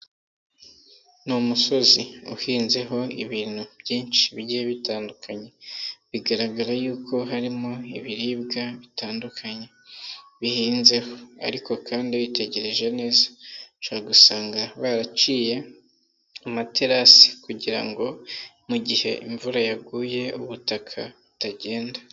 Ni umusozi uhinzeho ibintu byinshi bigiye bitandukanye, bigaragara yuko harimo ibiribwa bitandukanye bihinzeho ariko kandi witegereje neza ushobora usanga baraciye amaterasi, kugira ngo mu gihe imvura yaguye ubutaka butagenda.